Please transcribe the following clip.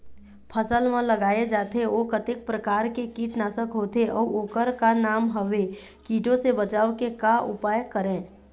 फसल म लगाए जाथे ओ कतेक प्रकार के कीट नासक होथे अउ ओकर का नाम हवे? कीटों से बचाव के का उपाय करें?